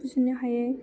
बुजिनो हायै